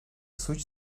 suç